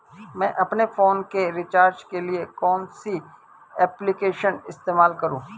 मैं अपने फोन के रिचार्ज के लिए कौन सी एप्लिकेशन इस्तेमाल करूँ?